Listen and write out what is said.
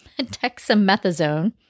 dexamethasone